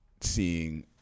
seeing